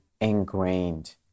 ingrained